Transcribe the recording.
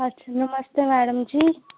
अच्छा नमस्ते मैडम जी